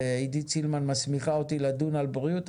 עידית סילמן מסמיכה אותי לדון על בריאות,